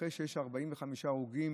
אחרי שיש 45 הרוגים,